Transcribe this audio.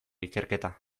ikerketa